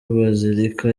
bazilika